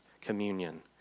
communion